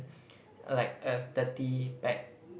like a thirty pack